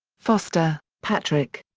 foster, patrick.